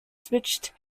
switched